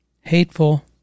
hateful